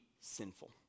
sinful